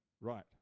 Right